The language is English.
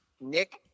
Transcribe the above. Nick